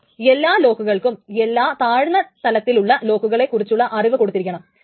പിന്നെ എല്ലാ ലോക്കുകൾക്കും എല്ലാ താഴ്ന്ന തലത്തിലുള്ള ലോക്കുകളെ കുറിച്ചുള്ള അറിവ് കൊടുത്തിരിക്കണം